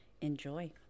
Enjoy